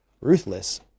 ruthless